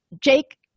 Jake